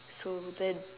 so then